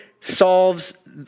solves